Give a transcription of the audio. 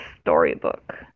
storybook